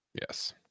Yes